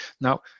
Now